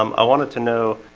um i wanted to know